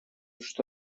что